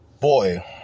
Boy